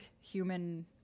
human